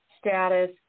status